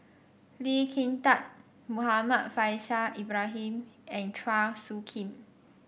Lee Kin Tat Muhammad Faishal Ibrahim and Chua Soo Khim